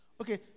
Okay